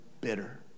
bitter